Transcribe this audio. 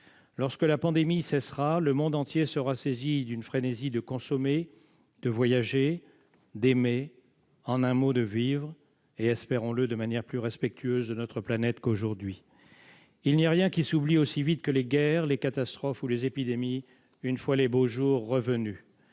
Lorsque la pandémie cessera, le monde entier sera saisi d'une frénésie de consommer, de voyager, d'aimer, en un mot de vivre- espérons-le d'une manière plus respectueuse de notre planète qu'aujourd'hui. Il n'y a rien qui s'oublie aussi vite que les guerres, les catastrophes ou les épidémies, une fois les beaux jours revenus.